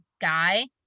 guy